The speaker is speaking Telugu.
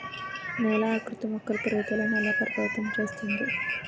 నేల ఆకృతి మొక్కల పెరుగుదలను ఎలా ప్రభావితం చేస్తుంది?